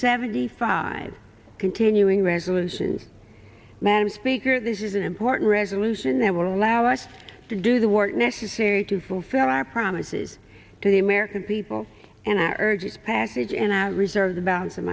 seventy five continuing resolution madam speaker this is an important resolution that will allow us to do the work necessary to fulfill our promises to the american people and i urge passage and i reserve the b